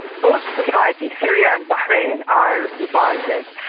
both societies, syria and bahrain, are divided.